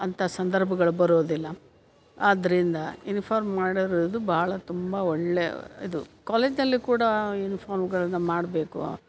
ಅಂಥ ಸಂದರ್ಭಗಳು ಬರೋದಿಲ್ಲ ಆದ್ದರಿಂದ ಯುನಿಫಾರ್ಮ್ ಮಾಡೋದು ಅದು ಭಾಳ ತುಂಬ ಒಳ್ಳೆಯ ಇದು ಕಾಲೇಜಲ್ಲಿ ಕೂಡ ಯುನಿಫಾರ್ಮ್ಗಳನ್ನು ಮಾಡಬೇಕು